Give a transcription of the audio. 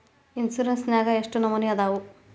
Insurance ನ್ಯಾಗ ಎಷ್ಟ್ ನಮನಿ ಅದಾವು?